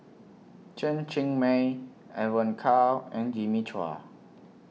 Chen Cheng Mei Evon Kow and Jimmy Chua